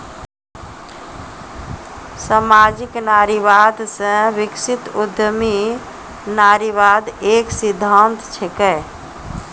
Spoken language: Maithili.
सामाजिक नारीवाद से विकसित उद्यमी नारीवाद एक सिद्धांत छिकै